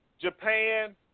Japan